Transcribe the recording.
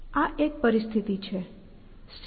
આ એક પરિસ્થિતિ છે C D પર છે